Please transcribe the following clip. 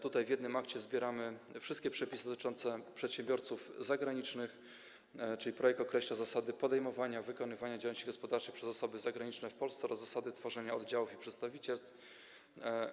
Tutaj w jednym akcie zbieramy wszystkie przepisy dotyczące przedsiębiorców zagranicznych, czyli projekt określa zasady podejmowania, wykonywania działalności gospodarczej przez osoby zagraniczne w Polsce oraz zasady tworzenia oddziałów i przedstawicielstw.